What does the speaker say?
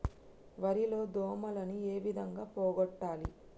వరి లో దోమలని ఏ విధంగా పోగొట్టాలి?